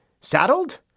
Saddled